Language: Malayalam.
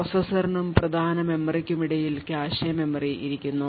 പ്രോസസ്സറിനും പ്രധാന മെമ്മറിയ്ക്കുമിടയിൽ കാഷെ മെമ്മറി ഇരിക്കുന്നു